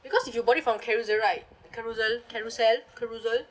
because if you bought it from carousell right carousell carousell carousell